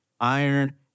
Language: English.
iron